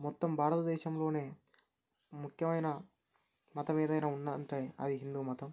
మొత్తం భారతదేశంలోనే ముఖ్యమైన మతం ఏదైనా ఉంది అంటే అది హిందూ మతం